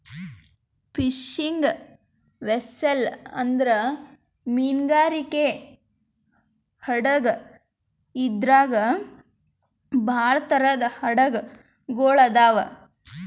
fishing vessel ಅಂದ್ರ ಮೀನ್ಗಾರಿಕೆ ಹಡಗ್ ಇದ್ರಾಗ್ ಭಾಳ್ ಥರದ್ ಹಡಗ್ ಗೊಳ್ ಅದಾವ್